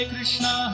Krishna